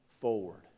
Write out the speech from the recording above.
forward